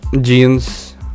jeans